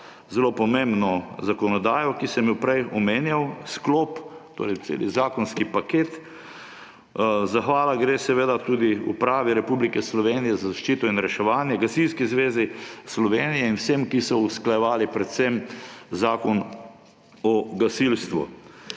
zelo pomembno zakonodajo, ki sem jo prej omenjal, sklop, torej celi zakonski paket. Zahvala gre seveda tudi Upravi Republike Slovenije za zaščito in reševanje, Gasilski zvezi Slovenije in vsem, ki so usklajevali predvsem Zakon o gasilstvu.